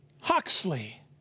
Huxley